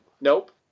nope